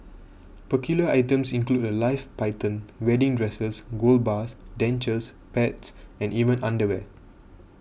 peculiar items include a live python wedding dresses gold bars dentures pets and even underwear